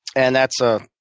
and that's a